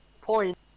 point